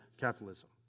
capitalism